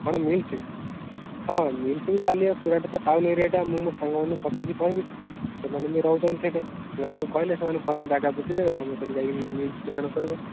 କ'ଣ ମିଲ୍ସ ହଁ ମିଲ୍ସ ବି ଚାଲିବ ସୁରଟ୍ ତ ଟାଉନ୍ ଏରିଆଟା ମୁଁ ମୋ ସାଙ୍ଗ ମାନଙ୍କୁ ପଚାରିକି କହିବି ସାଙ୍ଗ ମାନେ ବି ରହୁଛନ୍ତି ସେଇଠି ସେମାନଙ୍କୁ କହିଲେ ସେମାନେ ଭଲ ଜାଗା ବୁଝିଦେବେ ତୁମେ ସେଇଠି ଯାଇକିରି ମିଲ୍ସ ଦୋକାନ କରିବ